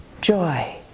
joy